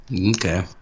Okay